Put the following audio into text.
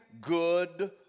good